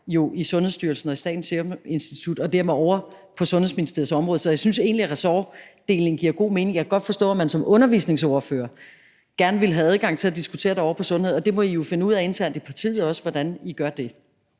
i Sundhedsstyrelsen og Statens Serum Institut og dermed ovre på Sundhedsministeriets område. Så jeg synes egentlig, at ressortfordelingen giver god mening. Jeg kan godt forstå, at man som undervisningsordfører gerne vil have adgang til at diskutere det ovre i Sundhedsministeriet. Det må I jo finde ud af internt i partiet hvordan I gør.